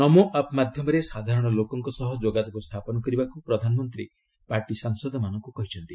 ନମୋ app ମାଧ୍ୟମରେ ସାଧାରଣ ଲୋକଙ୍କ ସହ ଯୋଗାଯୋଗ ସ୍ଥାପନ କରିବାକୁ ପ୍ରଧାନମନ୍ତ୍ରୀ ପାର୍ଟି ସାଂସଦମାନଙ୍କୁ କହିଛନ୍ତି